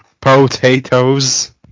Potatoes